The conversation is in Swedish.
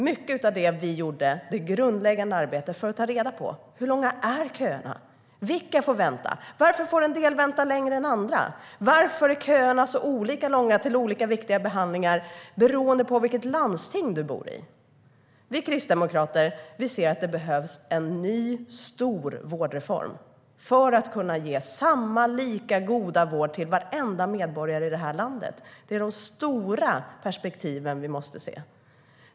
Mycket av det grundläggande arbete vi gjorde gick ut på att ta reda på hur långa köerna är, vilka det är som får vänta, varför en del får vänta längre än andra och varför köerna är så olika långa till olika viktiga behandlingar beroende på vilket landsting man bor i. Vi kristdemokrater ser att det behövs en ny stor vårdreform för att kunna ge samma, lika goda vård till varenda medborgare i det här landet. Det är de stora perspektiven vi måste se.